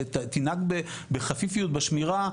ותנהג בחפיפיות בשמירה,